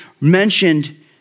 mentioned